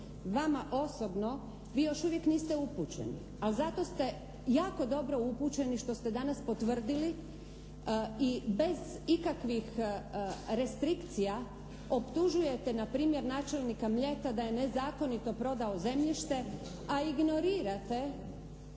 vama osobno, vi još uvijek niste upućeni, al' zato ste jako dobro upućeni što ste danas potvrdili i bez ikakvih restrikcija optužujete na primjer načelnika Mljeta da je nezakonito prodao zemljište, a ignorirate